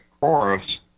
chorus